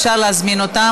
אפשר להזמין אותם,